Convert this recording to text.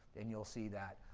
and you'll see that.